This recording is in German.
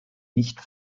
nicht